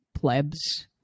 plebs